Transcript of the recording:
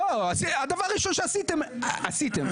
לא, הדבר הראשון שעשיתם עשיתם.